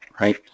right